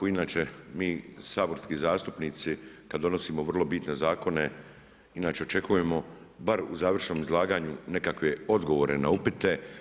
Inače mi saborski zastupnici kad donosimo vrlo bitne zakone inače očekujemo bar u završnom izlaganju nekakve odgovore na upite.